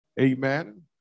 amen